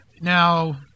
Now